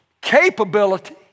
capability